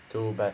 too bad